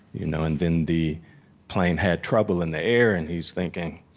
you know and then the plane had trouble in the air, and he's thinking,